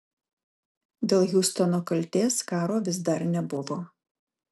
dėl hiustono kaltės karo vis dar nebuvo